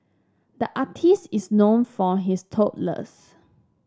the artist is known for his doodles